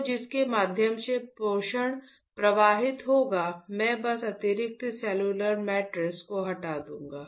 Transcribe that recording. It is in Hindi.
तो जिसके माध्यम से पोषण प्रवाहित होगा मैं बस अतिरिक्त सेलुलर मैट्रिक्स को हटा दूंगा